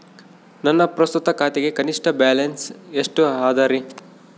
ನನ್ನ ಪ್ರಸ್ತುತ ಖಾತೆಗೆ ಕನಿಷ್ಠ ಬ್ಯಾಲೆನ್ಸ್ ಎಷ್ಟು ಅದರಿ?